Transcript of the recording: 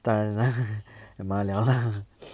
kan M_R liao lah